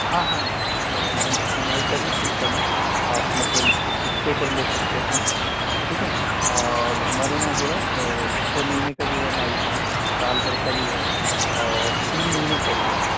ہاں ہاں sir EMI EMI کا بھی سسٹم ہے آپ مطلب اس کو قسطوں پر لے سکتے ہیں ٹھیک ہے اور ہمارے یہاں جو ہے چھ مہینے کا بھی ہے ایم آئی سال بھر کا بھی ہے اور تین مہینے کا بھی ہے